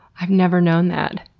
i've never known that.